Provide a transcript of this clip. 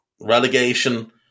relegation